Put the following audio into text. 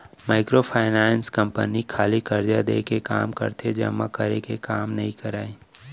micro finance company खाली करजा देय के काम करथे जमा करे के काम नइ करय